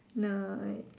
no I